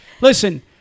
listen